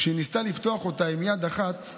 כשהיא ניסתה לפתוח אותה עם יד אחת,